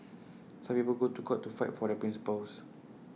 some people go to court to fight for their principles